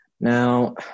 Now